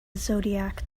zodiac